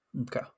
Okay